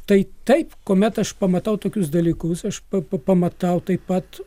tai taip kuomet aš pamatau tokius dalykus aš pa pa pamatau taip pat